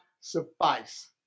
suffice